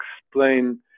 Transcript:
explain